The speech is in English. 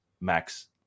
Max